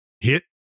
hit